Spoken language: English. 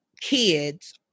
kids